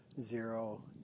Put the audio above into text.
zero